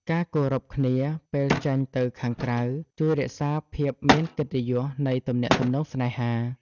ការគោរពគ្នាពេលចេញទៅខាងក្រៅ ជួយរក្សាភាពមានកិត្តិយសនៃទំនាក់ទំនងស្នេហា។